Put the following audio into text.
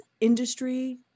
industry